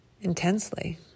intensely